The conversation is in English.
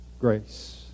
grace